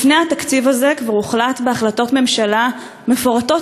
לפני התקציב הזה כבר הוחלט בהחלטות ממשלה מפורטות